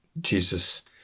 Jesus